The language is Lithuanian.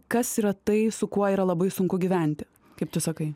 kas yra tai su kuo yra labai sunku gyventi kaip tu sakai